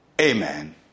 amen